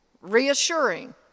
reassuring